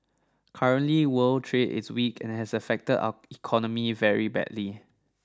currently world trade is weak and has affected our economy very badly